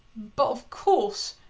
but of course,